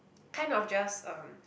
kind of just um